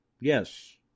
Yes